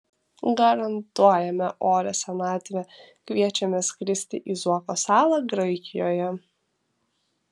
garantuojame orią senatvę kviečiame skristi į zuoko salą graikijoje